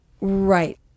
Right